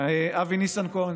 אבי ניסנקורן,